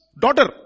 daughter